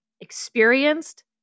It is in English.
experienced